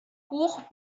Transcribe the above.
courts